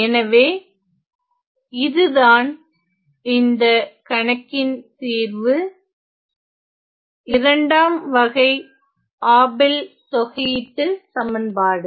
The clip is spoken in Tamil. எனவே இதுதான் இந்த கணக்கின் தீர்வு இரண்டாம் வகை ஆபெல் தொகையீட்டு சமன்பாடு